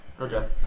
Okay